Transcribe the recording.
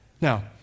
Now